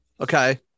Okay